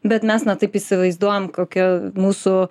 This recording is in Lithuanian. bet mes na taip įsivaizduojam kokie mūsų